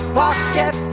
pocket